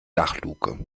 dachluke